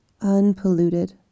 unpolluted